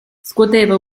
scuoteva